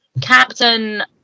Captain